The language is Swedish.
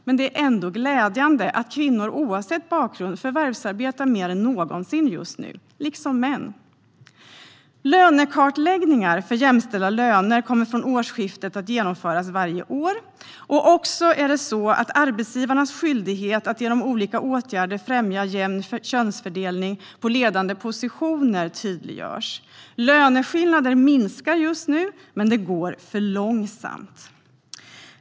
Men det är ändå glädjande att kvinnor, liksom män, oavsett bakgrund förvärvsarbetar mer än någonsin just nu. Lönekartläggningar för jämställda löner kommer från årsskiftet att genomföras varje år. Arbetsgivarnas skyldighet att genom olika åtgärder främja jämn könsfördelning på ledande positioner tydliggörs också. Löneskillnader minskar just nu, men det går för långsamt.